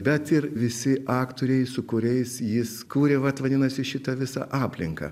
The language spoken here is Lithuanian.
bet ir visi aktoriai su kuriais jis kuria vat vadinasi šitą visą aplinką